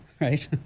right